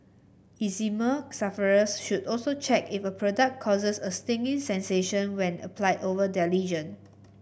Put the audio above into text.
eczema sufferers should also check if a product causes a stinging sensation when applied over their lesion